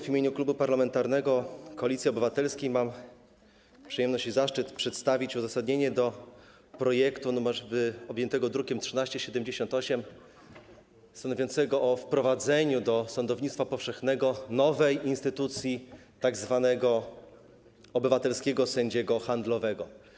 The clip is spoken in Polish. W imieniu Klubu Parlamentarnego Koalicji Obywatelskiej mam przyjemność i zaszczyt przedstawić uzasadnienie projektu objętego drukiem nr 1378, stanowiącego o wprowadzeniu do sądownictwa powszechnego nowej instytucji, tzw. obywatelskiego sędziego handlowego.